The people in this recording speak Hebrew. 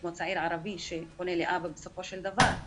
כמו צעיר ערבי שפונה לאבא בסופו של דבר.